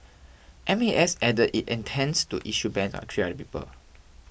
M A S added it intends to issue bans on three other people